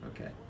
Okay